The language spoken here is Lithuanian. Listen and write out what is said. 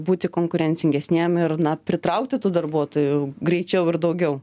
būti konkurencingesniem ir na pritraukti tų darbuotojų greičiau ir daugiau